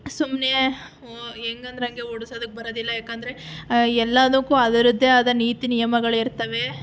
ಸುಮ್ಮನೆ ಹೆಂಗೆ ಅಂದ್ರಂಗೆ ಓಡ್ಸೋದಕ್ಕೆ ಬರೋದಿಲ್ಲ ಯಾಕಂದರೆ ಎಲ್ಲದಕ್ಕೂ ಅದರದ್ದೇ ಆದ ನೀತಿ ನಿಯಮಗಳಿರ್ತಾವೆ